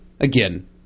again